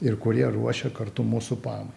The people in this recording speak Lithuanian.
ir kurie ruošia kartu mūsų pamai